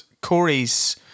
Corey's